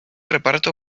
reparto